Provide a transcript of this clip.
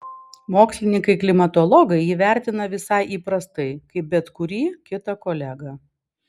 mokslininkai klimatologai jį vertina visai įprastai kaip bet kurį kitą kolegą